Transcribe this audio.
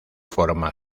forma